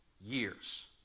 years